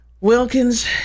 Wilkins